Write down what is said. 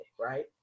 right